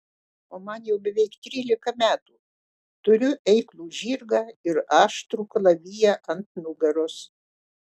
o man jau beveik trylika metų turiu eiklų žirgą ir aštrų kalaviją ant nugaros